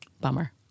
Bummer